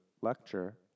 lecture